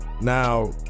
Now